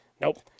Nope